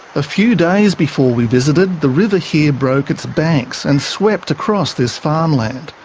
a few days before we visited, the river here broke its banks and swept across this farmland.